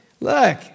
look